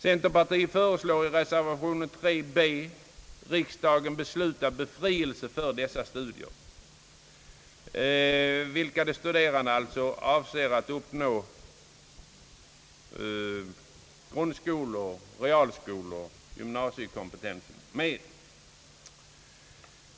Centerpartiet föreslår i reservation 3b att riksdagen beslutar om befrielse från avgifter för de brevstudier, genom vilka de studerande avser att uppnå grundskole-, realskoleeller gymnasiekompetens.